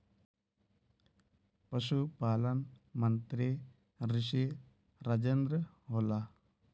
पशुपालन मंत्री श्री राजेन्द्र होला?